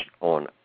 on